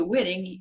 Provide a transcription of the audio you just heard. Winning